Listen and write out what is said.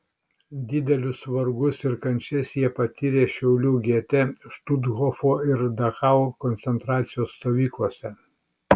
didelius vargus ir kančias jie patyrė šiaulių gete štuthofo ir dachau koncentracijos stovyklose